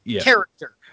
character